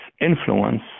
influence